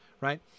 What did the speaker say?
right